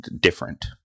different